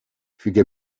füge